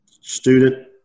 student